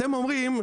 אתם אומרים,